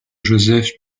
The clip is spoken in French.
józef